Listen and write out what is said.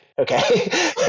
Okay